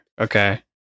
Okay